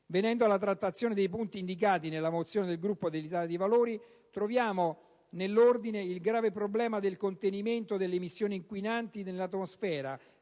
Venendo alla trattazione dei punti indicati nella mozione del Gruppo dell'Italia dei Valori, troviamo, nell'ordine, il grave problema del contenimento delle emissioni inquinanti nell'atmosfera,